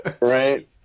Right